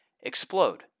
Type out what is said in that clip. explode